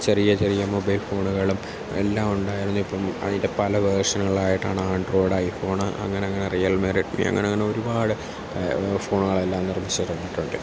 ചെറിയ മൊബൈൽ ഫോണുകളും എല്ലാം ഉണ്ടായിരുന്നു ഇപ്പം അതിൻ്റെ പല വേർഷനുകളായിട്ടാണ് ആൻഡ്രോയിഡ് ഐ ഫോണ് അങ്ങനെയങ്ങനെ റിയൽമി റെഡ്മി അങ്ങനെയങ്ങനെ ഒരുപാട് ഫോണുകളെല്ലാം നിർമ്മിച്ച് വരുന്നുണ്ട്